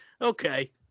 okay